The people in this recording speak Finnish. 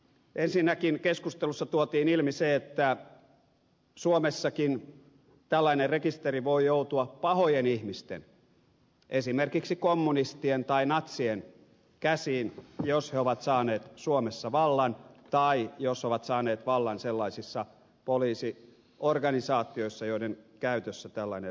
ensinnäkin keskustelussa tuotiin ilmi se että suomessakin tällainen rekisteri voi joutua pahojen ihmisten esimerkiksi kommunistien tai natsien käsiin jos he ovat saaneet suomessa vallan tai jos ovat saaneet vallan sellaisissa poliisiorganisaatioissa joiden käytössä tällainen rekisteri on